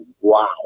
wow